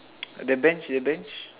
the bench the bench